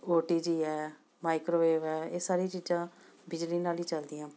ਓ T G ਹੈ microwave ਹੈ ਇਹ ਸਾਰੀਆਂ ਚੀਜ਼ਾਂ ਬਿਜਲੀ ਨਾਲ ਹੀ ਚੱਲਦੀਆਂ